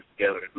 together